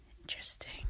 Interesting